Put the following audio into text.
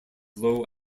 low